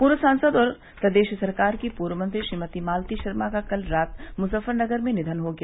पूर्व सांसद और प्रदेश सरकार की पूर्व मंत्री श्रीमती मालती शर्मा का कल रात मुजफ्फरनगर में निधन हो गया